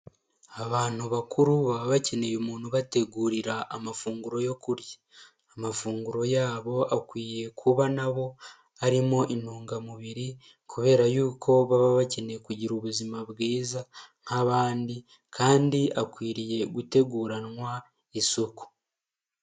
Abantu bakuru baba bakeneye umuntu ubategurira amafunguro yo kurya, amafunguro yabo akwiye kuba nabo arimo intungamubiri kubera yuko baba bakeneye kugira ubuzima bwiza nk'abandi kandi akwiriye guteguranwa isuku.